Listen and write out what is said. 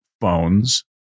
phones